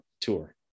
tour